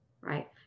right